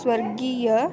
स्वर्गीयः